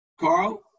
Carl